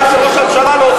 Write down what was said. מה שראש הממשלה לא עושה,